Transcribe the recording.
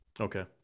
Okay